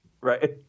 Right